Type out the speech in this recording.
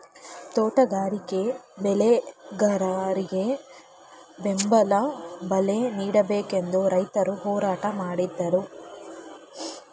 ತೋಟಗಾರಿಕೆ ಬೆಳೆಗಾರರಿಗೆ ಬೆಂಬಲ ಬಲೆ ನೀಡಬೇಕೆಂದು ರೈತರು ಹೋರಾಟ ಮಾಡಿದರು